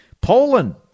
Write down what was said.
Poland